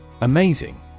Amazing